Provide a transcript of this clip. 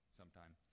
sometime